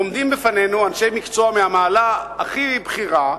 עומדים בפנינו אנשי מקצוע מהמעלה הכי בכירה,